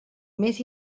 més